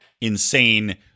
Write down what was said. insane